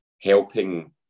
helping